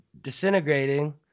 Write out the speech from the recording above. disintegrating